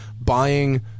buying